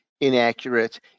inaccurate